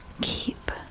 Keep